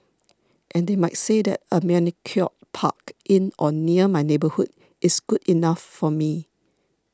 and they might say that a manicured park in or near my neighbourhood is good enough for me